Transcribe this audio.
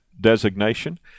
designation